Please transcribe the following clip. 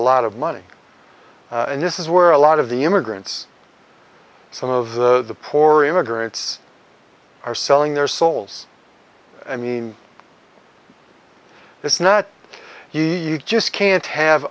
a lot of money and this is where a lot of the immigrants some of the poor immigrants are selling their souls i mean it's not you you just can't have